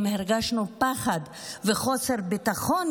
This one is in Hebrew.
אם הרגשנו פחד וחוסר ביטחון,